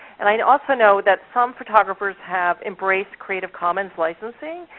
and i and also know that some photographers have embraced creative commons licensing,